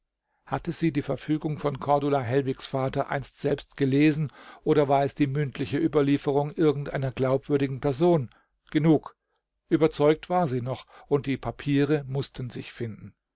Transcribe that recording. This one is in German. hatte sie die verfügung von cordula hellwigs vater einst selbst gelesen oder war es die mündliche ueberlieferung irgend einer glaubwürdigen person genug überzeugt war sie noch und die papiere mußten sich finden